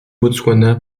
botswana